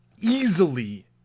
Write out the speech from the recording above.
easily